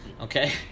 Okay